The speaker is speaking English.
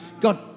God